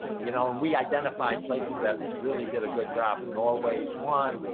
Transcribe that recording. you know and we identified places that really did a good job. norway's one.